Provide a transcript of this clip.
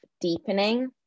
deepening